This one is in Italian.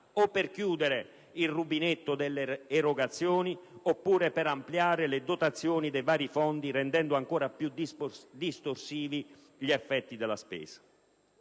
o per chiudere il rubinetto delle erogazioni, oppure per ampliare le dotazioni dei vari fondi, rendendo ancora più distorsivi gli effetti della spesa.